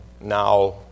now